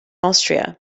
austria